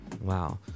Wow